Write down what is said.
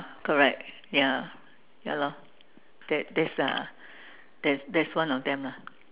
correct ya ya lor that's that's uh that's that's one of them lah